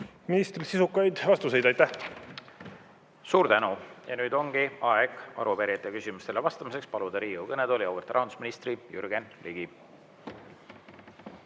ministrilt sisukaid vastuseid. Aitäh! Suur tänu! Nüüd ongi aeg arupärijate küsimustele vastamiseks paluda Riigikogu kõnetooli auväärt rahandusministri Jürgen Ligi.